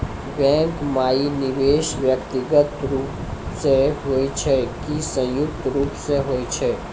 Bank माई निवेश व्यक्तिगत रूप से हुए छै की संयुक्त रूप से होय छै?